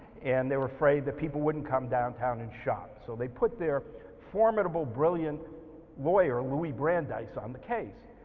and they were afraid that people wouldn't come downtown and shop, so they put their formidable brilliant lawyer louie brandeis on the case,